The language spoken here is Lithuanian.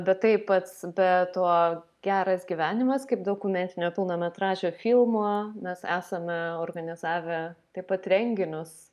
bet tai pats be tuo geras gyvenimas kaip dokumentinio pilnametražio filmo nes esame organizavę taip pat renginius